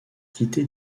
quitter